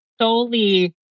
solely